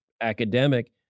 academic